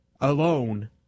alone